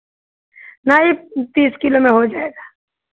नहीं तीस किलो में हो जाएगा